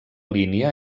línia